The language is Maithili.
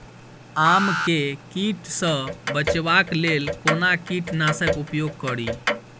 आम केँ कीट सऽ बचेबाक लेल कोना कीट नाशक उपयोग करि?